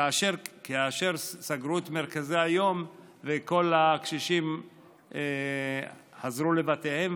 כאשר סגרו את מרכזי היום וכל הקשישים חזרו לבתיהם,